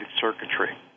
circuitry